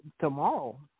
tomorrow